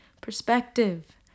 perspective